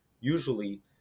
Usually